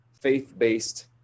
faith-based